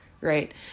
right